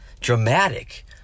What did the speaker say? dramatic